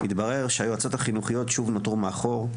התברר שהיועצות החינוכיות שוב נותרו מאחור,